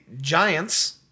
Giants